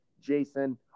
Jason